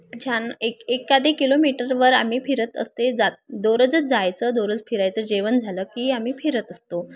छान एक एखादी किलोमीटरवर आम्ही फिरत असते जात दररोजच जायचं दररोज फिरायचं जेवण झालं की आम्ही फिरत असतो